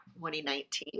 2019